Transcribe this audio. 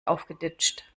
aufgeditscht